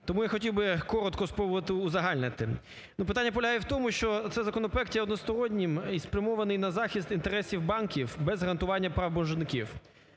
тому я хотів би коротко спробувати узагальнити. Питання полягає в тому, що цей законопроект є одностороннім і спрямований на захист інтересів банків без гарантування прав боржників.